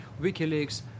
Wikileaks